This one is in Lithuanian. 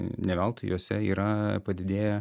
ne veltui juose yra padidėję